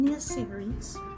series